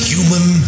Human